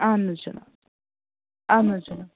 اہن حظ جِناب اہن حٲز جٕناب